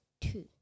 Two